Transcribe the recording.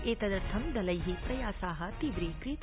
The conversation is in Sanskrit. एतदर्थं दलै प्रयासा तीव्रीकृता